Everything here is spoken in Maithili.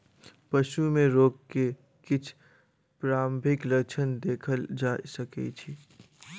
पशु में रोग के किछ प्रारंभिक लक्षण देखल जा सकै छै